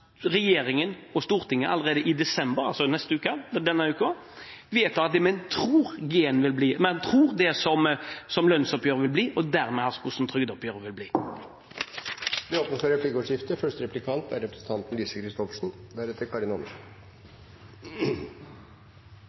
regjeringen og Stortinget allerede i desember – altså denne uken – vedtar det man tror G-en blir, og det man tror lønnsoppgjøret vil bli, og dermed hvordan trygdeoppgjøret vil bli. Det blir replikkordskifte. Jeg merket meg at representanten